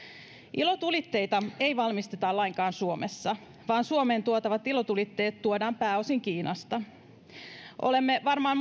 ilotulitteita ei valmisteta lainkaan suomessa vaan suomeen tuotavat ilotulitteet tuodaan pääosin kiinasta olemme moni varmaan